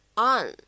on